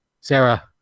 Sarah